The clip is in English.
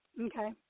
Okay